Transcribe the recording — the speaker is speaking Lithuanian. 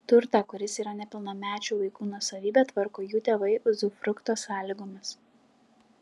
turtą kuris yra nepilnamečių vaikų nuosavybė tvarko jų tėvai uzufrukto sąlygomis